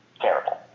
terrible